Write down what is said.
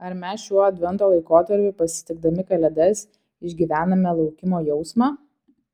ar mes šiuo advento laikotarpiu pasitikdami kalėdas išgyvename laukimo jausmą